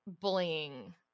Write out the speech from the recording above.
bullying